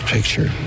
Picture